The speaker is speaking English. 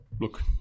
look